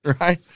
Right